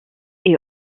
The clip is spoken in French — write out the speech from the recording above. est